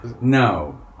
No